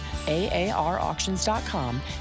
aarauctions.com